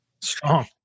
Strong